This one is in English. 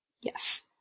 Yes